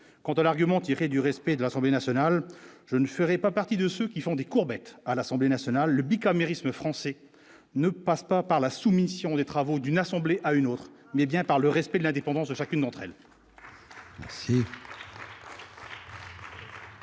quant à l'argument tiré du respect de l'Assemblée nationale, je ne ferais pas partie de ceux qui font des courbettes à l'Assemblée nationale le bicamérisme français ne passe pas par la soumission des travaux d'une assemblée à une autre, mais bien par le respect de l'indépendance de chacune d'entre elles.